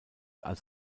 als